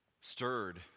stirred